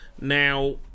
Now